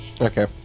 okay